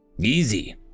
Easy